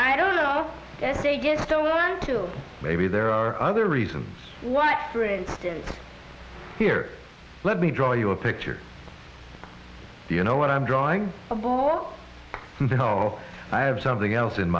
i don't know if they get so maybe there are other reasons why here let me draw you a picture you know what i'm drawing a ball they know i have something else in